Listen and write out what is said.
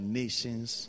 nations